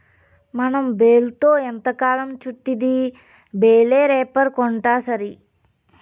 మనం బేల్తో ఎంతకాలం చుట్టిద్ది బేలే రేపర్ కొంటాసరి